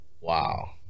Wow